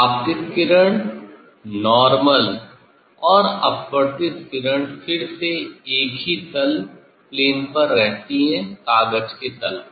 आपतित किरण नार्मल और अपवर्तित किरण फिर से एक ही तल पर रहती है कागज के तल पर